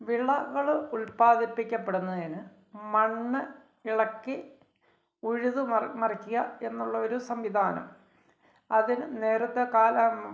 വിളകൾ ഉൽപാദിപ്പിക്കപ്പെടുന്നതിന് മണ്ണ് ഇളക്കി ഉഴുതു മറിക്കുക എന്നുള്ളൊരു സംവിധാനം അതിന് നേരത്തെ